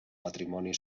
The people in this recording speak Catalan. matrimoni